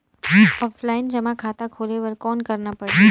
Offline जमा खाता खोले बर कौन करना पड़ही?